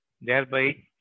thereby